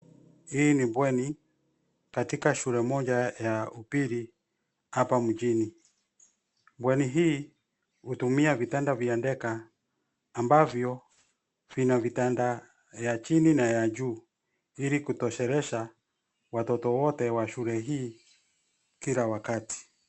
Hii ni bweni katika shule moja ya upili hapa mjini. Bweni hii hutumia vitanda vya deka ambavyo vina vitanda ya chini na ya juu ili kutosheleza watoto wote wa shule hii kila wakati.